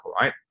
Right